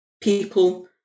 people